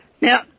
Now